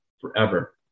forever